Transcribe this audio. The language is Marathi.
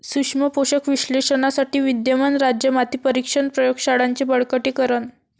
सूक्ष्म पोषक विश्लेषणासाठी विद्यमान राज्य माती परीक्षण प्रयोग शाळांचे बळकटीकरण